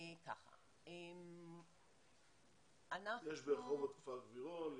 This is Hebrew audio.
יש ברחובות כפר גבירול,